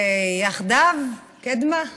זה "יחדיו", "קדמה"?